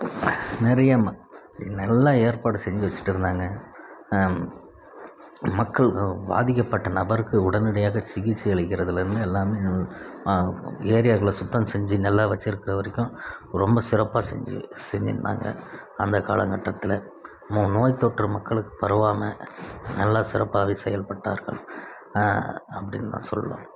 நிறைய நல்லா ஏற்பாடு செஞ்சு வைச்சிட்டு இருந்தாங்க மக்கள் பாதிக்கப்பட்ட நபருக்கு உடனடியாக சிகிச்சை அளிக்கிறதிலருந்து எல்லாம் ஏரியாவில சுத்தம் செஞ்சு நல்லா வைச்சிருக்கற வரைக்கும் ரொம்ப சிறப்பாக செஞ்சி செஞ்சுருந்தாங்க அந்த காலகட்டத்துல நோய் தொற்று மக்களுக்கு பரவாமல் நல்லா சிறப்பாகவே செயல்பட்டார்கள் அப்டின்னு தான் சொல்வேன்